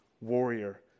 warrior